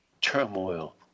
turmoil